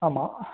ஆமாம்